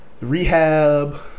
Rehab